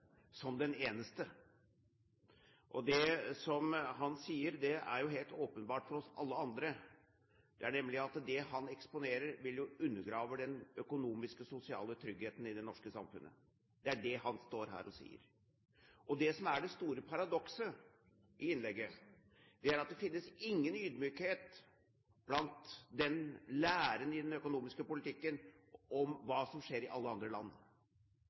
framstiller den. Det han sier, er jo helt åpenbart for alle oss andre, nemlig at det han eksponerer, vil undergrave den økonomiske, sosiale tryggheten i det norske samfunnet. Det er det han står her og sier. Det som er det store paradokset i innlegget, er at det finnes ingen ydmykhet i denne læren om den økonomiske politikken i forhold til hva som skjer i alle andre land.